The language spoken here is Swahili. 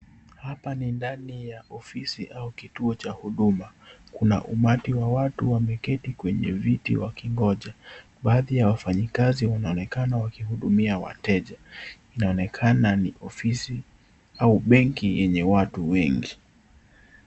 Hapa ni ndani ya ofisi au kituo cha huduma. Kuna umati wa watu wameketi kwenye viti wakingoja. Baadhi ya wafanyikazi wanaonekana wakiwahudumia wateja. Inaonekana ni ofisi au benki yenye watu wengi.